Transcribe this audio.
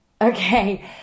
Okay